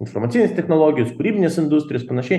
informacinės technologijos kūrybinės industrijos panašiai